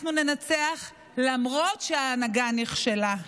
אנחנו ננצח למרות שההנהגה נכשלה,